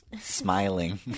Smiling